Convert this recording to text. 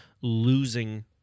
losing